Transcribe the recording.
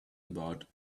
about